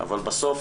אבל בסוף